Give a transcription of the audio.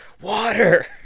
water